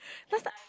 that's like